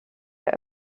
der